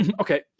Okay